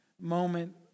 moment